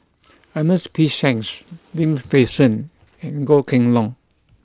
Ernest P Shanks Lim Fei Shen and Goh Kheng Long